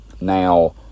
Now